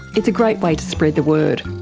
it's a great way to spread the word.